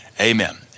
Amen